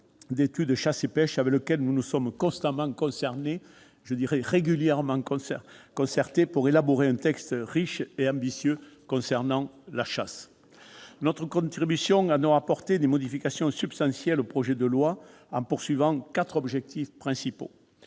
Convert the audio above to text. d'études Chasse et pêche, avec lequel nous nous sommes constamment concertés pour élaborer un texte riche et ambitieux concernant la chasse. Notre commission a donc apporté des modifications substantielles au projet de loi, en visant quatre objectifs principaux.